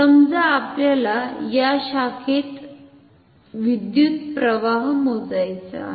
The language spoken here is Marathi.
समजा आपल्याला या शाखेत विद्युतप्रवाह मोजायचा आहे